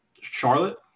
Charlotte